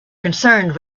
concerned